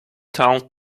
town